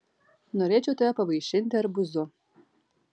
norėčiau tave pavaišinti arbūzu